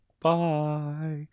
bye